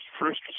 first